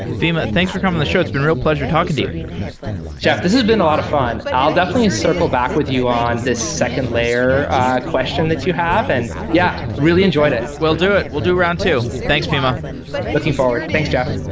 fima, thanks for coming on the show. it's been a real pleasure talking to you jeff, this has been a lot of fun. i'll definitely circle back with you on this second layer question that you have. and yeah, really enjoyed it we'll do it. we'll do round two. thanks fima looking forward. thanks, jeff